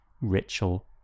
ritual